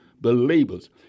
believers